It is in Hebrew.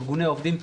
ארגוני עובדים,